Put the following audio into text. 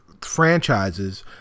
franchises